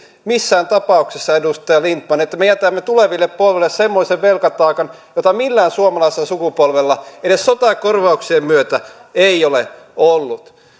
missään tapauksessa niin edustaja lindtman että me jätämme tuleville polville semmoisen velkataakan jota millään suomalaisella sukupolvella edes sotakorvauksien myötä ei ole ollut